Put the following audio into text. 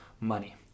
money